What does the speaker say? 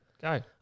go